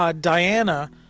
Diana